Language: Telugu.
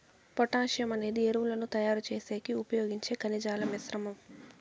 పొటాషియం అనేది ఎరువులను తయారు చేసేకి ఉపయోగించే ఖనిజాల మిశ్రమం